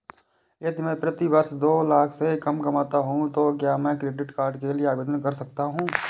यदि मैं प्रति वर्ष दो लाख से कम कमाता हूँ तो क्या मैं क्रेडिट कार्ड के लिए आवेदन कर सकता हूँ?